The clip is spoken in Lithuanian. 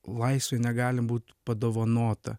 laisvė negali būt padovanota